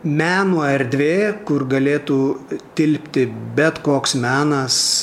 meno erdvė kur galėtų tilpti bet koks menas